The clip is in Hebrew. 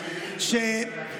עובדיה,